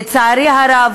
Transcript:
לצערי הרב,